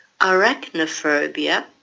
arachnophobia